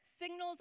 signals